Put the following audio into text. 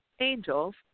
angels